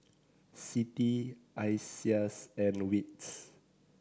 CITI ISEAS and wits